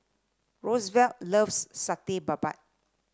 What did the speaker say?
Roosevelt loves Satay Babat